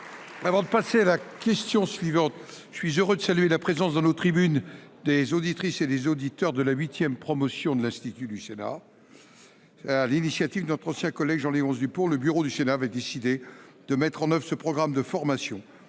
bien de l’administration pénitentiaire. Je suis heureux de saluer la présence dans nos tribunes des auditrices et des auditeurs de la huitième promotion de l’Institut du Sénat. Sur l’initiative de notre ancien collègue Jean Léonce Dupont, le bureau du Sénat avait décidé en 2015 de mettre en œuvre ce programme de formation,